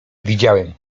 widziałem